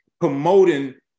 Promoting